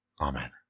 Amen